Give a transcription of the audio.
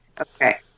Okay